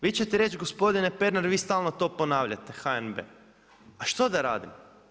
Vi ćete reći gospodine Pernar, vi stalno to ponavljate, HNB, a što da radim?